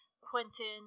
Quentin